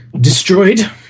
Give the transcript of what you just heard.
destroyed